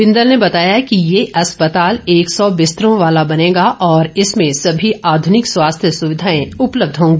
बिंदल ने बताया कि ये अस्पताल एक सौ बिस्तरों वाला बनेगा और इसमें सभी आधुनिक स्वास्थ्य सुविधाएं उपलब्ध होंगी